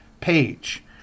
page